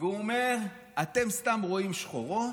והוא אומר: אתם סתם רואים שחורות.